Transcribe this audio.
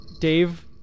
Dave